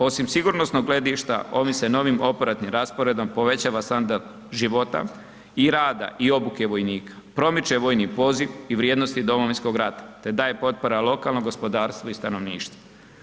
Osim sigurnosnog gledišta ovim se novim operativnim rasporedom povećava standard života i rada vojnika, promiče vojni poziv i vrijednosti Domovinskog rata, te daje potpora lokalnom gospodarstvu i stanovništvu.